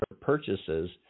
purchases